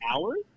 hours